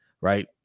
right